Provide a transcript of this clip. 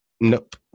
Nope